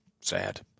Sad